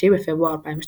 9 בפברואר 2012